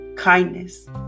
kindness